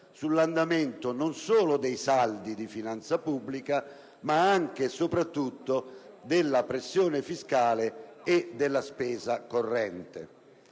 sull'andamento non solo dei saldi di finanza pubblica, ma anche e soprattutto della pressione fiscale e della spesa corrente.